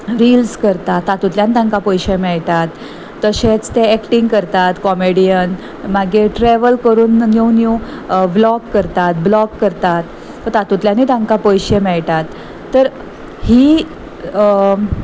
reels करतात तातूंतल्यान तांकां पयशे मेळटात तशेंच ते एक्टींग करतात कॉमेडियन मागीर ट्रॅवल करून न्यू न्यू व्लॉग करतात ब्लॉग करतात तातूंतल्यानूय तांकां पयशे मेळटात तर ही